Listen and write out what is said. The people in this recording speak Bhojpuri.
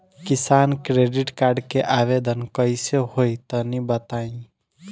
किसान क्रेडिट कार्ड के आवेदन कईसे होई तनि बताई?